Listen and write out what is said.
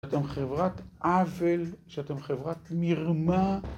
שאתם חברת עוול, שאתם חברת מרמה.